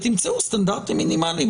ותמצאו סטנדרטים מינימליים.